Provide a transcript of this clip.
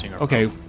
okay